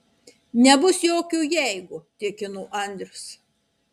nebus jokio jeigu tikino andrius